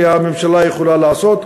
שהממשלה יכולה לעשות,